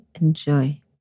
enjoy